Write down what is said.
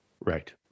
Right